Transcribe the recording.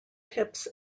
tips